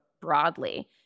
broadly